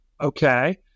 Okay